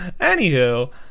anywho